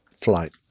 flight